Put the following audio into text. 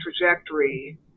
trajectory